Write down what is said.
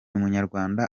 munyarwanda